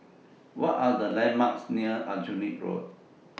What Are The landmarks near Aljunied Road